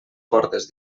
portes